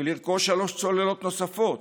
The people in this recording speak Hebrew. לרכוש שלוש צוללות נוספות,